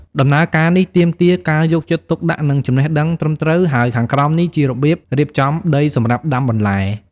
ដំណើរការនេះទាមទារការយកចិត្តទុកដាក់ និងចំណេះដឹងត្រឹមត្រូវ ហើយខាងក្រោមនេះជារបៀបរៀបចំដីសម្រាប់ដាំបន្លែ។